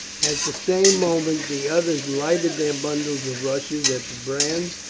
at the same moment the others lighted their bundles of rushes at the brands,